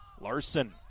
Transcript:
Larson